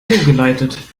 geleitet